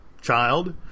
child